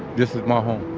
this is my home